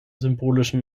symbolischen